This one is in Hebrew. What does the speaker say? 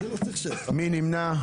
מי נמנע?